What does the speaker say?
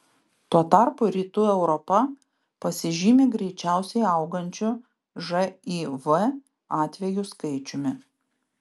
tuo tarpu rytų europa pasižymi greičiausiai augančiu živ atvejų skaičiumi